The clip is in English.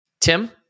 Tim